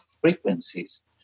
frequencies